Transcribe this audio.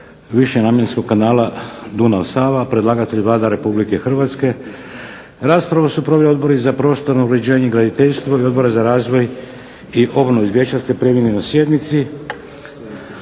višenamjenskog Kanala Dunav – Sava. Podnositelj Vlada Republike Hrvatske. Raspravu su proveli Odbor i za prostorno uređenje, graditeljstvo i Odbor za razvoj i obnovu. Izvješća ste primili na sjednici.